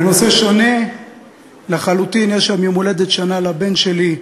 בנושא שונה לחלוטין: יש היום יום-הולדת שנה לבן שלי,